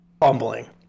fumbling